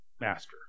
master